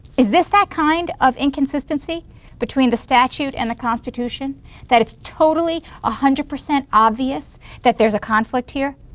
is this that kind of inconsistency between the statute and the constitution that it's totally a hundred percent obvious that there's a conflict here?